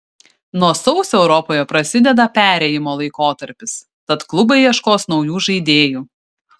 nuo sausio europoje prasideda perėjimo laikotarpis tad klubai ieškos naujų žaidėjų